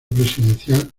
presidencial